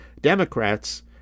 Democrats